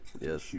Yes